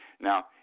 Now